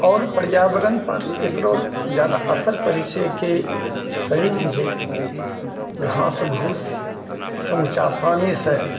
आओर पर्यावरण पर एकरो जादा असर पड़ैत छै कि शरीर जे छै घासघूस समूचा पानीसे